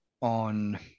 on